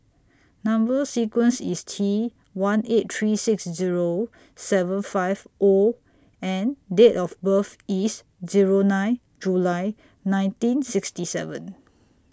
Number sequence IS T one eight three six Zero seven five O and Date of birth IS Zero nine July nineteen sixty seven